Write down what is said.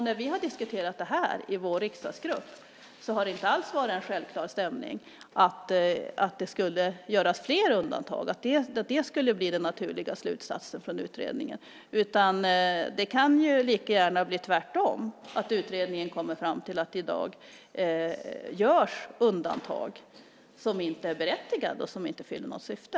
När vi har diskuterat detta i vår riksdagsgrupp har det inte alls känts som självklart att det skulle göras fler undantag, att det skulle bli den naturliga slutsatsen från utredningen. Det kan lika gärna bli tvärtom, att utredningen kommer fram till att det i dag görs undantag som inte är berättigade och inte fyller något syfte.